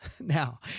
Now